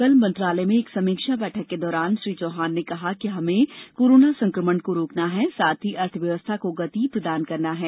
कल मंत्रालय में एक समीक्षा बैठक के दौरान श्री चौहान ने कहा कि हमें कोरोना संक्रमण को रोकना है साथ ही अर्थव्यवस्था को गति प्रदान करना है